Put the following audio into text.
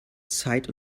zeit